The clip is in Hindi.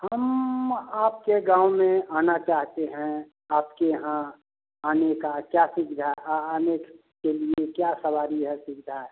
हम आपके गाँव में आना चाहते हैं आपके यहाँ आने की क्या सुविधा आ आने के लिए क्या सवारी है सुविधा है